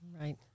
Right